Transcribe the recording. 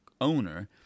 owner